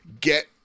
get